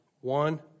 One